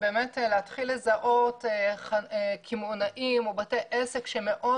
להתחיל לזהות קמעונאים או בתי עסק שמאוד